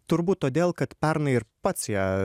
turbūt todėl kad pernai ir pats ją